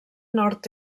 nord